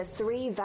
Three